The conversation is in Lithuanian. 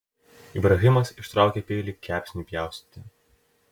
ibrahimas ištraukė peilį kepsniui pjaustyti